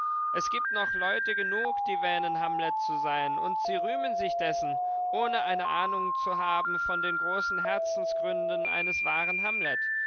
es gibt noch leute genug die wähnen hamlet zu sein und sie rühmen sich dessen ohne eine ahnung zu haben von den großen herzensgründen eines wahren hamlet